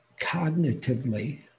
cognitively